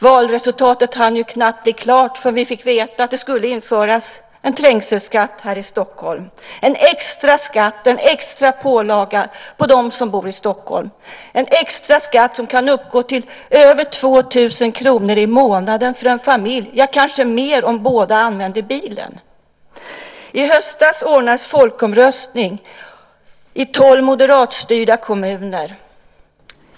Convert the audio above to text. Valresultatet hann knappt bli klart förrän vi fick veta att det skulle införas en trängselskatt i Stockholm, en extra skatt, en extra pålaga på dem som bor i Stockholm. Det är en extra skatt som kan uppgå till över 2 000 kr i månaden för en familj - ja, kanske mer om båda använder bilen. I höstas ordnades en folkomröstning i tolv moderatstyrda kommuner.